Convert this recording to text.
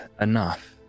enough